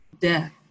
death